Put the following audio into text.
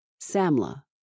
Samla